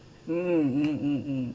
mm mm mm mm